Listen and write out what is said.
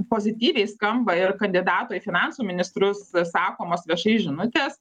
pozityviai skamba ir kandidato į finansų ministrus sakomos viešai žinutės